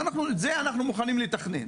ורק את זה הם מוכנים לתכנן.